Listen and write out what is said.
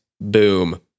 Boom